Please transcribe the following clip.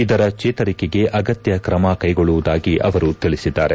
ಇದರ ಚೇತರಿಕೆಗೆ ಅಗತ್ಯ ಕ್ರಮ ಕೈಗೊಳ್ಳುವುದಾಗಿ ಅವರು ತಿಳಿಸಿದ್ದಾರೆ